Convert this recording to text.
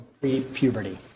pre-puberty